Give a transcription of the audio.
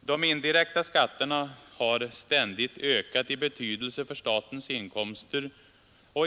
De indirekta skatterna har ständigt ökat i betydelse för statens inkomster.